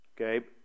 okay